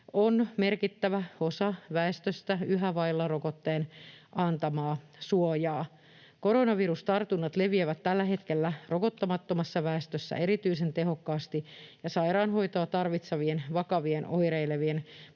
on merkittävä osa väestöstä yhä vailla rokotteen antamaa suojaa. Koronavirustartunnat leviävät tällä hetkellä rokottamattomassa väestössä erityisen tehokkaasti, ja sairaanhoitoa tarvitsevien vakavasti oireilevien